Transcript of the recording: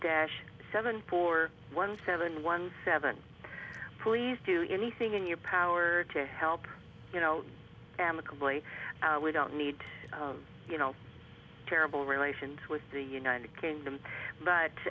dash seven four one seven one seven please do anything in your power to help you know amicably we don't need you know terrible relations with the united kingdom but